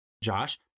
Josh